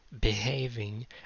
behaving